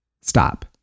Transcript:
Stop